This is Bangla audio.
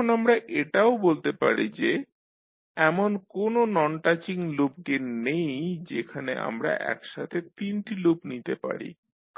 এখন আমরা এটাও বলতে পারি যে এমন কোন নন টাচিং লুপ গেইন নেই যেখানে আমরা একসাথে 3 টি লুপ নিতে পারি